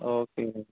okay